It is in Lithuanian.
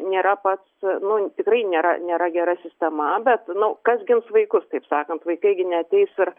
nėra pats nu tikrai nėra nėra gera sistema bet nu kas gins vaikus taip sakant vaikai neateis ir